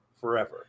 forever